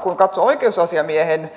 kun katsoo oikeusasiamiehen